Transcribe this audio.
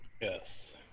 Yes